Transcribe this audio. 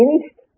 finished